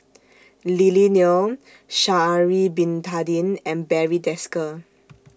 Lily Neo Sha'Ari Bin Tadin and Barry Desker